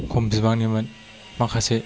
खम बिबांनिमोन माखासे